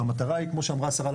והמטרה היא כמו שאמרה השרה,